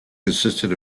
consisted